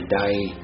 die